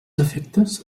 efectes